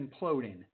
imploding